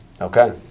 okay